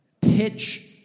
Pitch